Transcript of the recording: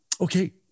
okay